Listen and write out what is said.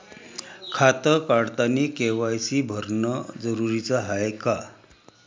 खातं काढतानी के.वाय.सी भरनं जरुरीच हाय का?